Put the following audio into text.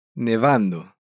Nevando